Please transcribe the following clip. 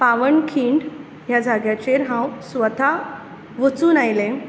पावनखिंड ह्या जाग्याचेर हांव स्वता वचून आयलें